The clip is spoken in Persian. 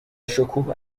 شکوه